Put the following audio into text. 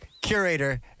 curator